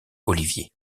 olivier